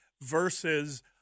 versus